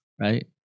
Right